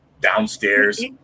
downstairs